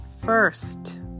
first